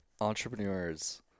entrepreneurs